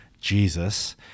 Jesus